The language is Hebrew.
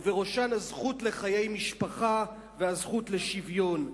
ובראשן הזכות לחיי משפחה והזכות לשוויון.